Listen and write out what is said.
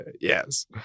Yes